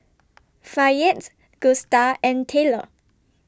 Fayette Gusta and Tayler